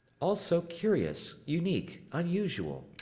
also curious, unique, unusual.